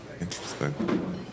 Interesting